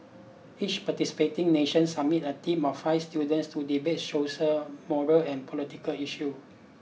each participating nation submits a team of five students to debate social moral and political issue